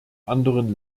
anderen